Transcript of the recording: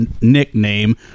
nickname